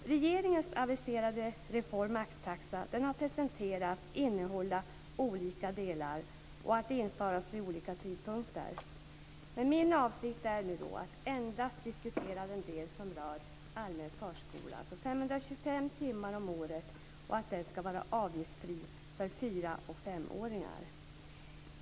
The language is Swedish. Regeringens aviserade reform maxtaxa innehåller enligt vad som har presenterats olika delar som ska införas vid olika tidpunkter. Min avsikt är att endast diskutera den del som rör allmän förskola, som ska omfatta 525 timmar om året och vara avgiftsfri för fyra och femåringar.